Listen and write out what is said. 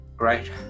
right